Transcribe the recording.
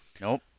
Nope